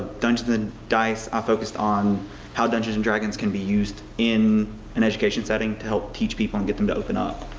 dungeons and dice. i focused on how dungeons and dragons can be used in an education setting to help teach people and get them to open up.